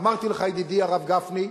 אמרתי לך, ידידי הרב גפני,